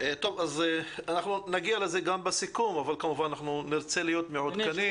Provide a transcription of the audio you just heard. אנחנו נגיע לזה גם בסיכום אבל כמובן נרצה להיות מעודכנים.